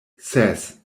ses